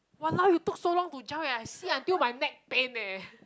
!walao! you took so long to jump eh I see until my neck pain eh